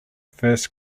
first